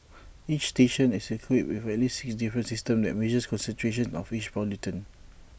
each station is equipped with at least six different systems that measure concentrations of each pollutant